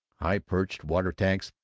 high-perched water-tanks,